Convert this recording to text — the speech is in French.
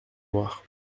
noirs